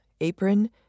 apron